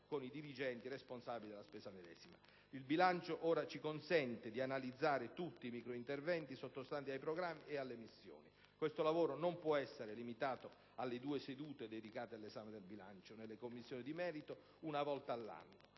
con i dirigenti responsabili della spesa medesima. Il bilancio ora ci consente di analizzare tutti i microinterventi sottostanti ai programmi e alle missioni. Questo lavoro non può essere limitato alle due sedute dedicate all'esame del bilancio nelle Commissioni di merito una volta l'anno.